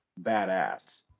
badass